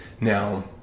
Now